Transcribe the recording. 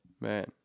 man